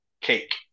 cake